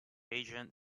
agent